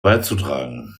beizutragen